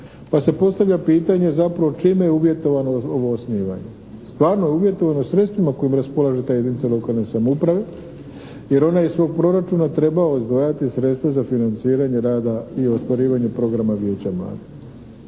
pa se postavlja pitanje zapravo čime je uvjetovano ovo osnivanje. Stvarno je uvjetovano sredstvima kojim raspolaže ta jedinica lokalne samouprave jer ona iz svog proračuna treba izdvajati sredstva za financiranje rada i ostvarivanje programa vijeća mladih.